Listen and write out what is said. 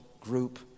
group